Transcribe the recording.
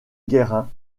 guérin